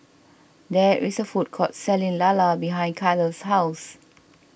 there is a food court selling Lala behind Kyler's house